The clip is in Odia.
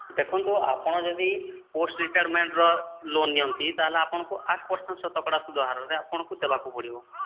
ଦେଖନ୍ତୁ ଆପଣ ଯଦି ପୋଷ୍ଟ ରିଟାର୍ମେଣ୍ଟର ଲୋନ୍ ନିଅନ୍ତି ତା'ହେଲେ ଆପଣଙ୍କୁ ଆଠ ପର୍ସେଣ୍ଟ ଶତକଡା ସୁଧ ହାରରେ ଆପଣଙ୍କୁ ଦେବାକୁ ପଡ଼ିବ